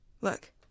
Look